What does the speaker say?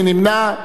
מי נמנע?